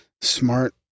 smart